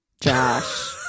Josh